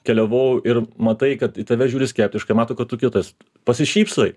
keliavau ir matai kad į tave žiūri skeptiškai mato ko tu kitas pasišypsai